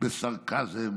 בסרקזם